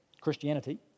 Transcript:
Christianity